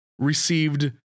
received